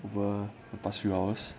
over the past few hours